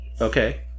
okay